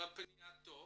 בפנייתו